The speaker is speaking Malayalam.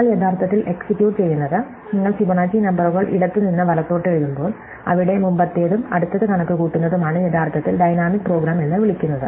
നിങ്ങൾ യഥാർത്ഥത്തിൽ എക്സിക്യൂട്ട് ചെയ്യുന്നത് നിങ്ങൾ ഫിബൊനാച്ചി നമ്പറുകൾ ഇടത്തുനിന്ന് വലത്തോട്ട് എഴുതുമ്പോൾ അവിടെ മുമ്പത്തേതും അടുത്തത് കണക്കുകൂട്ടുന്നതുമാണ് യഥാർത്ഥത്തിൽ ഡൈനാമിക് പ്രോഗ്രാം എന്ന് വിളിക്കുന്നത്